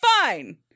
fine